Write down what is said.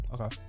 Okay